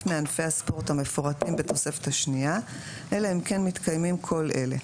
מענפי הספורט המפורטים בתוספת השנייה אלא אם כן מתקיימים כל אלה: